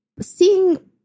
seeing